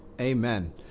Amen